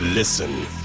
listen